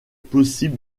possible